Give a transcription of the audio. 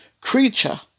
creature